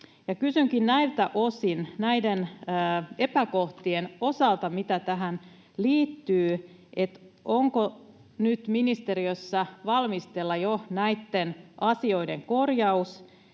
Kysynkin näiltä osin, näiden epäkohtien osalta, mitä tähän liittyy, onko nyt ministeriössä jo valmisteilla näiden asioiden korjaus,